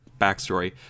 backstory